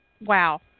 Wow